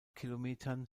kilometern